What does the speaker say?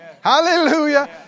Hallelujah